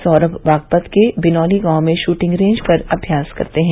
सौरभ बागपत के बिनौली गांव में शूटिंग रेज पर अभ्यास करते हैं